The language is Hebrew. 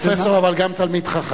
פרופסור, אבל גם תלמיד חכם.